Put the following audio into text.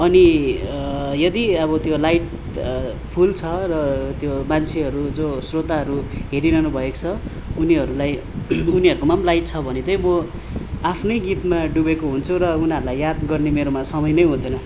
अनि यदि अब त्यो लाइट फुल छ र त्यो मान्छेहरू जो श्रोताहरू हेरिरहनुभएको छ उनीहरूलाई उनीहरूकोमा पनि लाइट छ भने चाहिँ म आफ्नै गीतमा डुबेको हुन्छु र उनीहरूलाई याद गर्ने मेरोमा समय नै हुँदैन